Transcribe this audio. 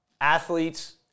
athletes